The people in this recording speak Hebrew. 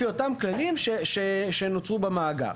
לפי אותם כללים שנוצרו במאגר.